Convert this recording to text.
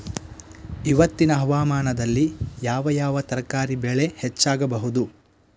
ಇವತ್ತಿನ ಹವಾಮಾನದಲ್ಲಿ ಯಾವ ಯಾವ ತರಕಾರಿ ಬೆಳೆ ಹೆಚ್ಚಾಗಬಹುದು?